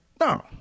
no